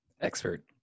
Expert